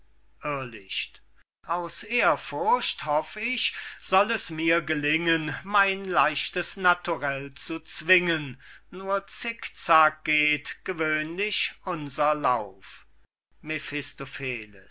irrlicht aus ehrfurcht hoff ich soll es mir gelingen mein leichtes naturell zu zwingen nur zickzack geht gewöhnlich unser lauf